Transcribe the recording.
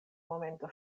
momento